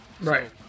Right